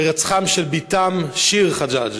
על הירצחה של בתם שיר חג'אג'.